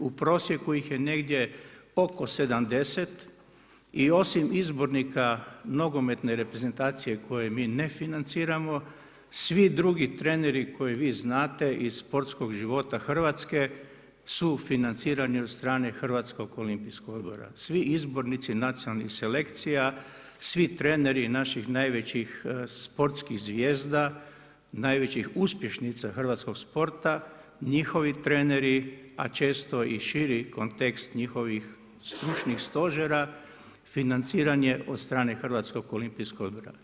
U prosjeku ih je negdje oko 70 i osim izbornika nogometne reprezentacije koje mi ne financiramo, svi drugi treneri koje vi znate iz sportskog života Hrvatske su financirani od strane HOO-a, svi izbornici nacionalnih selekcija, svi treneri naših najvećih sportskih zvijezda, najvećih uspješnica hrvatskog sporta, njihovi treneri a često i širi kontekst njihovih stručnih stožera, financiran je od strane HOO-a.